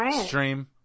stream